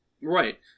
Right